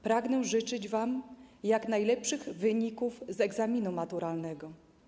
Pragnę życzyć wam jak najlepszych wyników z egzaminu maturalnego.